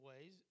ways